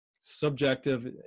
subjective